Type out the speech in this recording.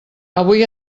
avui